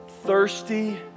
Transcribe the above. Thirsty